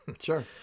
Sure